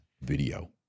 video